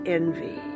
envy